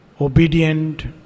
obedient